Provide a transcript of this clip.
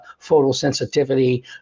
photosensitivity